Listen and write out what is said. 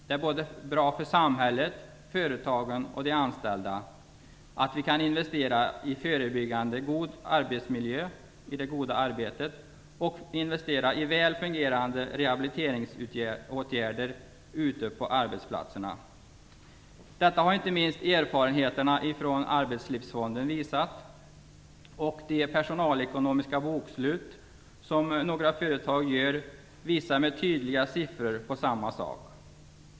Det är bra för såväl samhället och företagen som de anställda att vi i förebyggande syfte kan investera i en god arbetsmiljö, i det goda arbetet, och att vi kan investera i väl fungerande rehabiliteringsåtgärder ute på arbetsplatserna. Detta har inte minst erfarenheterna från Arbetslivsfonden visat. De personalekonomiska bokslut som några företag gör visar med tydliga siffror på samma sak.